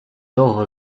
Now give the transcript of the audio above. того